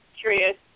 curious